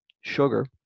sugar